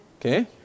Okay